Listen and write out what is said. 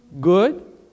good